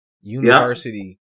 University